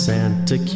Santa